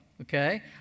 okay